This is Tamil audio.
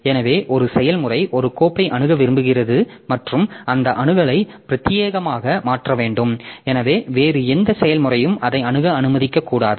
எனவே ஒரு செயல்முறை ஒரு கோப்பை அணுக விரும்புகிறது மற்றும் அந்த அணுகலை பிரத்தியேகமாக மாற்ற வேண்டும் எனவே வேறு எந்த செயல்முறையும் அதை அணுக அனுமதிக்கக்கூடாது